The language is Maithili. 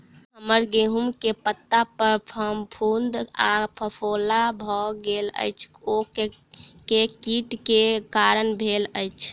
हम्मर गेंहूँ केँ पत्ता पर फफूंद आ फफोला भऽ गेल अछि, ओ केँ कीट केँ कारण भेल अछि?